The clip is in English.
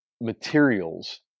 materials